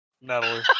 Natalie